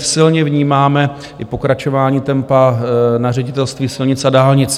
Silně vnímáme i pokračování tempa na Ředitelství silnic a dálnic.